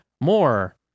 more